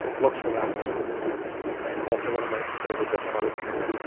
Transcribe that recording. look for that. it's really excellent, and also one of my favorite book titles ever.